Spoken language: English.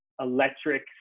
electric